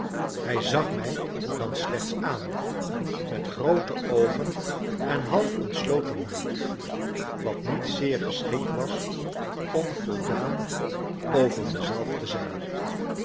hij zag mij dan slechts aan met groote oogen en half ontsloten mond wat niet zeer geschikt was om voldaan over mezelf te zijn